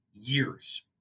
Years